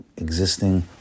Existing